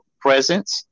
presence